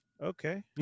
Okay